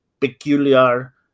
peculiar